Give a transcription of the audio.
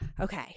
Okay